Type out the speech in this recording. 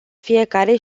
fiecare